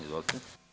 Izvolite.